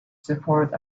support